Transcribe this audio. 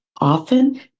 Often